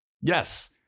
Yes